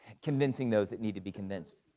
convincing those that need to be convinced.